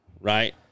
right